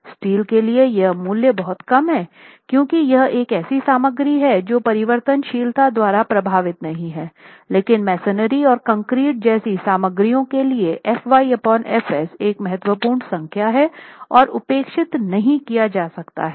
steel के लिये ये मूल्य बहुत कम हैं क्योंकि यह एक ऐसी सामग्री है जो परिवर्तनशीलता द्वारा प्रभावित नहीं है लेकिन मसोनरी और कंक्रीट जैसी सामग्रियों के लिए F y F s एक महत्वपूर्ण संख्या है और उपेक्षित नहीं किया जा सकता है